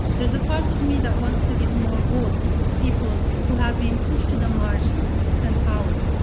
there's a part of me that wants to give more voice to people who have been pushed to the margins, disempowered,